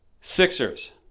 Sixers